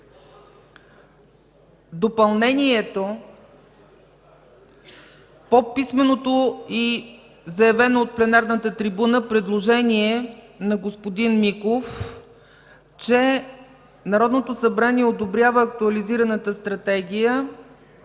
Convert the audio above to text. допълнението по писменото и заявено от пленарната трибуна предложение на господин Миков, че: „Народното събрание одобрява актуализираната Стратегия